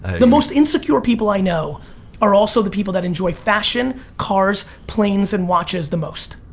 the most insecure people i know are also the people that enjoy fashion cars, planes, and watches the most.